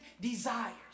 desires